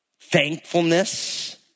thankfulness